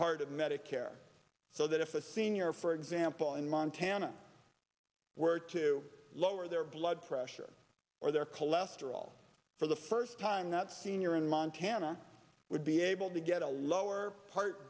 part of medicare so that if a senior for example in montana were to lower their blood pressure or their cholesterol for the first time that senior in montana would be able to get a lower part